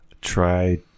Try